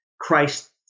Christ